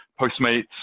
Postmates